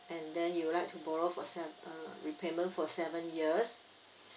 and then you'd like to borrow for seven repayment for seven years